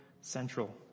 central